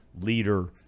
leader